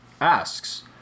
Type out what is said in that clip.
asks